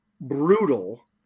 brutal